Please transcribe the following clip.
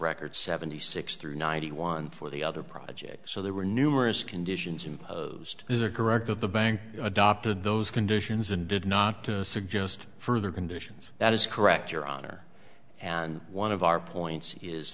records seventy six through ninety one for the other projects so there were numerous conditions imposed as a correct that the bank adopted those conditions and did not suggest further conditions that is correct your honor and one of our points is